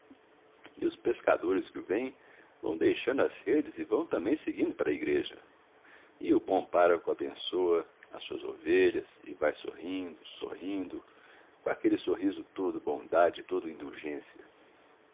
e os pescadores que o vêm vão deixando as redes e vão também seguindo para a igreja e o bom pároco abençoa as suas ovelhas e vai sorrindo sorrindo com aquele sorriso todo bondade e todo indulgência